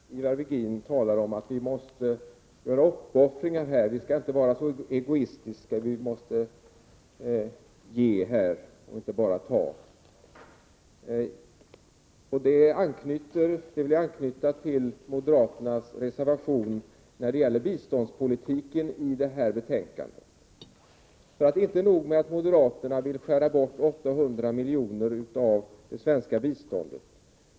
Herr talman! Jag tycker det skorrar litet när Ivar Virgin talar om att vi måste göra uppoffringar, vi skall inte vara så egoistiska, vi måste ge och inte bara ta. Jag anknyter till moderaternas reservation när det gäller biståndspolitiken i detta betänkande. Inte nog med att moderaterna vill skära bort 800 miljoner till det svenska biståndet.